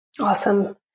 Awesome